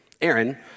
Aaron